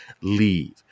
leave